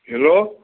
hello